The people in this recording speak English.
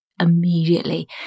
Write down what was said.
immediately